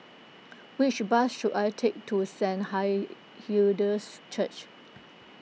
which bus should I take to Saint Hi Hilda's Church